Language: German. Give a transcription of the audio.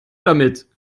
damit